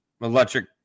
electric